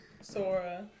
Sora